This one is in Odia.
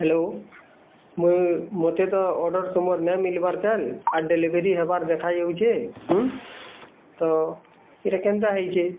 ହ୍ୟାଲୋ ମୁଇଁ ମୋତେ ତ ଅର୍ଡ଼ର୍ ତମର ନା ମିଲ୍ବାର୍ ତାଲ ଆର ଡେଲିଭରି ହେବାର୍ ଦେଖା ଯାଉଛେ ହୁଁ ତ ଏଇଟା କେନ୍ତା ହେଇଛେ